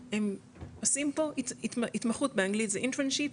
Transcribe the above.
הם עושים פה התמחות באנגלית זה intraship,